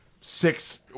six